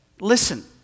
listen